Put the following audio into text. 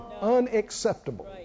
Unacceptable